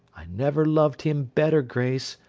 i never loved him better, grace,